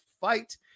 fight